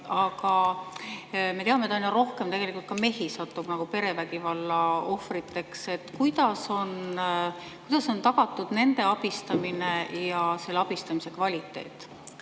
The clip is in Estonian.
Aga me teame, et aina rohkem satub ka mehi perevägivalla ohvriteks. Kuidas on tagatud nende abistamine ja selle abistamise kvaliteet?